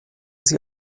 sie